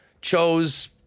chose